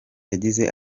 yagize